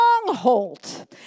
stronghold